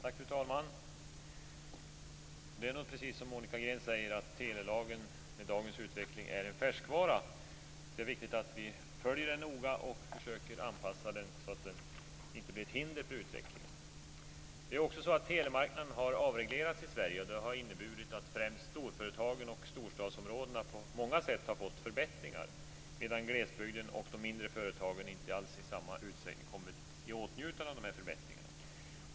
Fru talman! Det är nog precis som Monica Green säger: Telelagen är med dagens utveckling en färskvara. Det är viktigt att vi följer den noga och försöker anpassa den så att den inte blir ett hinder för utvecklingen. Telemarknaden har ju avreglerats i Sverige, och det har inneburit att främst storföretagen och storstadsområdena på många sätt har fått förbättringar. Glesbygden och de mindre företagen har inte alls i samma utsträckning kommit i åtnjutande av dessa förbättringar.